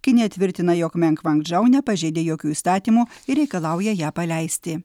kinija tvirtina jog menk vang džau nepažeidė jokių įstatymų ir reikalauja ją paleisti